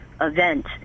event